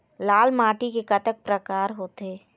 लाल माटी के कतक परकार होथे?